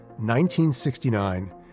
1969